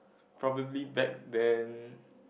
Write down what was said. probably back then